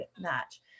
match